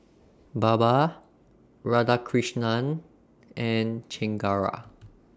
Baba Radhakrishnan and Chengara